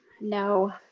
No